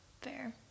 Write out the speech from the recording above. Fair